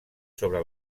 sobre